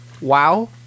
wow